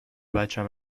بچم